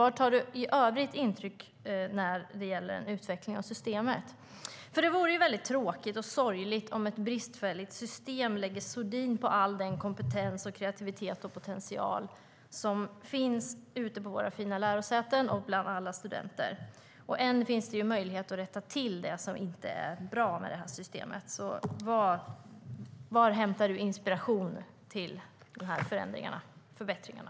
Vad tar du i övrigt intryck av när det gäller utveckling av systemet? Det vore väldigt tråkigt och sorgligt om ett bristfälligt system lägger sordin på all den kompetens, kreativitet och potential som finns ute på våra fina lärosäten och bland alla studenter. Än finns det möjlighet att rätta till det som inte är bra med systemet. Var hämtar du inspiration till förbättringarna?